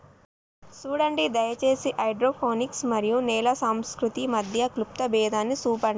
సూడండి దయచేసి హైడ్రోపోనిక్స్ మరియు నేల సంస్కృతి మధ్య క్లుప్త భేదాన్ని సూపండి